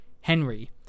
Henry